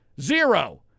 Zero